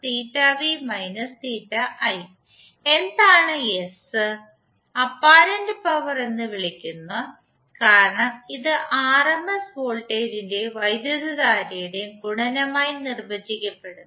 S apparent power എന്ന് വിളിക്കുന്നു കാരണം ഇത് ആർഎംഎസ് വോൾട്ടേജിന്റെയും വൈദ്യുതധാരയുടെയും ഗുണനമായി നിർവചിക്കപ്പെടുന്നു